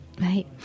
Right